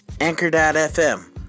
Anchor.fm